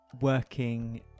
working